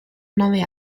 nove